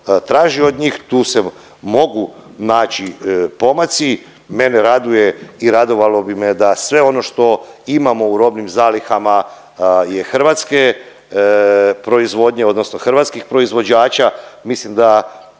traži od njih. Tu se mogu naći pomaci, mene raduje i radovalo bi me da sve ono što imamo u robnim zalihama je hrvatske proizvodnje odnosno hrvatskih proizvođača. Mislim da